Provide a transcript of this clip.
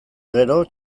gero